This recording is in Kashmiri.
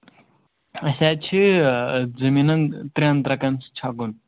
اَسہِ حظ چھِ زٔمیٖنَن ترٛٮ۪ن ترٛکَن چھَکُن